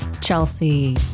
Chelsea